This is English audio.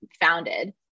founded